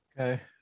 Okay